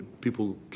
people